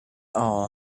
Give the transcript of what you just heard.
all